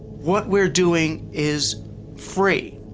what we're doing is free.